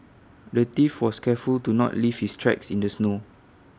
the thief was careful to not leave his tracks in the snow